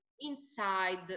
inside